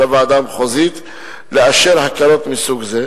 הוועדה המחוזית לאשר הקלות מסוג זה.